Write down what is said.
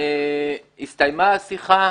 הסתיימה השיחה.